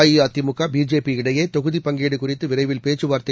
அஇஅதிமுக பிஜேபிஇடையே தொகுதிப் பங்கீடு குறித்து விரைவில் பேச்சு வார்த்தை